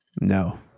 No